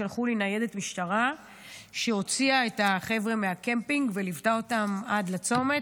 שלחו לי ניידת משטרה שהוציאה את החבר'ה מהקמפינג וליוותה אותם עד הצומת,